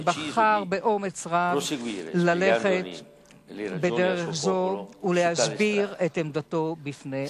שבחר באומץ רב ללכת בדרך זו ולהסביר את עמדתו בפני עמו.